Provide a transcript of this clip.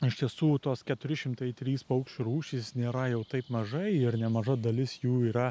iš tiesų tos keturi šimtai trys paukščių rūšys nėra jau taip mažai ir nemaža dalis jų yra